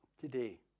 today